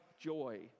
joy